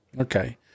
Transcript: Okay